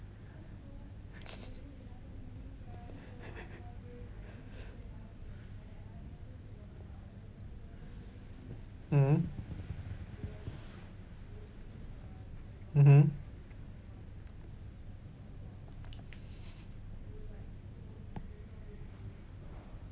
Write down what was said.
mm mmhmm